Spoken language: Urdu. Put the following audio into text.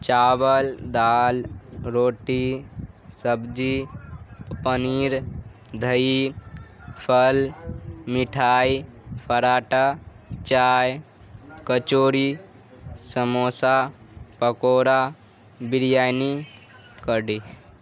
چاول دال روٹی سبزی پنیر دہی پھل مٹھائی پراٹھا چائے کچوری سموسا پکوڑا بریانی کڑھی